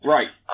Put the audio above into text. Right